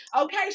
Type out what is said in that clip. okay